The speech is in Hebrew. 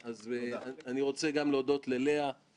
בסוף מישהו צריך לכתוב את הדבר הזה.